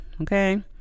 okay